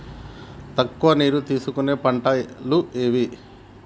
తక్కువ నీరు తీసుకునే పంటలు ఏవి?